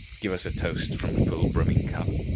give us a toast from a full brimming cup.